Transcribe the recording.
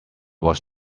was